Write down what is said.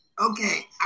Okay